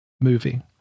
movie